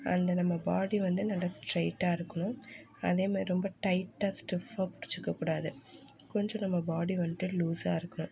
அந்த நம்ம பாடி வந்து நல்ல ஸ்ட்ரெயிட்டாக இருக்கணும் அதேமாதிரி ரொம்ப டைட்டாக ஸ்டிஃப்பாக பிடிச்சிக்க கூடாது கொஞ்சம் நம்ம பாடி வந்துட்டு லூசாக இருக்கணும்